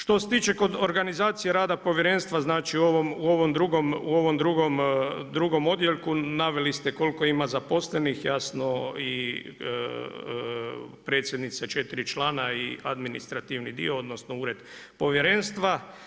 Što se tiče kod organizacije rada povjerenstva, znači u ovom drugom odjeljku naveli ste koliko ima zaposlenih, jasno predsjednica, 4 člana i administrativni dio, odnosno ured povjerenstva.